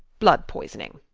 blood-poisoning.